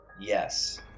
Yes